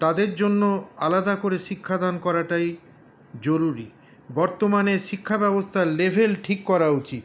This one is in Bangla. তাদের জন্য আলাদা করে শিক্ষাদান করাটাই জরুরী বর্তমানে শিক্ষাব্যবস্থার লেভেল ঠিক করা উচিৎ